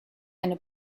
eine